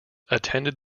attended